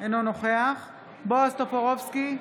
אינו נוכח בועז טופורובסקי,